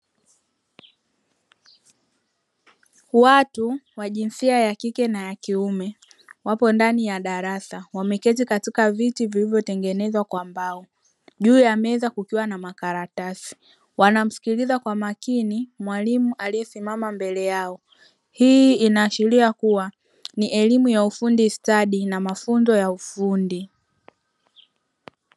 Watu wa jinsia ya kike na ya kiume wako ndani ya darasa. Wameketi katika viti vilivyotengenezwa kwa mbao. Juu ya meza kuna kalamu na makaratasi. Wanammsikiliza kwa makini mwalimu aliyesimama mbele yao. Hii inaashiria kuwa ni elimu ya ufundi stadi na mafunzo ya ufundi.